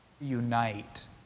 unite